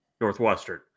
Northwestern